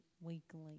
weekly